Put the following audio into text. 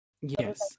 Yes